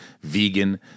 vegan